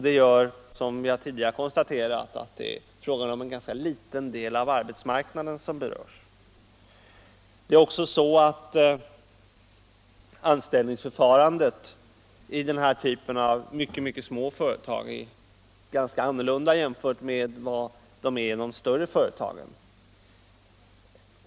Det gör, som jag tidigare har påpekat, att det är ganska liten del av arbetsmarknaden som berörs. Det är också så att anställningsförfarandet i den här typen av mycket små företag är ganska annorlunda än i de större företagen.